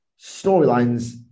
storylines